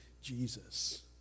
Jesus